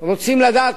זה בשעה הזו.